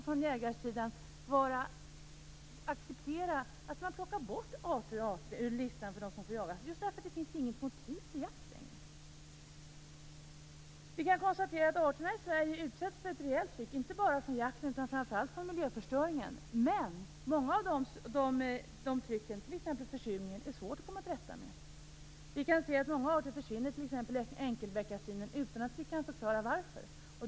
Från jägarsidan borde man också acceptera att det plockas bort arter ur listan för vilka som får jagas, just därför att det inte längre finns något motiv till jakt. Vi kan konstatera att arterna i Sverige utsätts för ett rejält tryck, inte bara från jakten utan framför allt också från miljöförstöringen. Men det är svårt att komma till rätta med mycket av det trycket, t.ex. försurningen. Många arter försvinner, t.ex. enkelbeckasinen, utan att vi kan förklara varför.